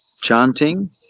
chanting